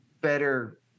better